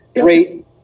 Great